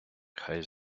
хай